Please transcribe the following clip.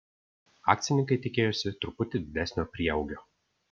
akcininkai tikėjosi truputį didesnio prieaugio